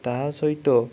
ତାହା ସହିତ